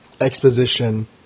exposition